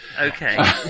Okay